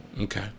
Okay